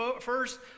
first